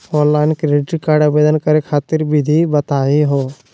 Online credit card आवेदन करे खातिर विधि बताही हो?